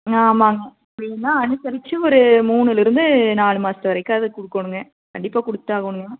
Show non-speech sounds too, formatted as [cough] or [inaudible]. ஆ ஆமாங்க அப்படி இல்லைன்னா அனுசரிச்சு ஒரு மூணுலிருந்து நாலு மாதத்து வரைக்காவது கொடுக்கோணுங்க கண்டிப்பாக கொடுத்தாகோணும் [unintelligible]